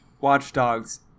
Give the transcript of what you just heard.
Watchdogs